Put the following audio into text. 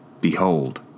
Behold